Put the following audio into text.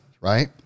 right